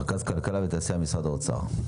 רכז כלכלה ותעשייה במשרד האוצר.